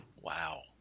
Wow